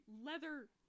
leather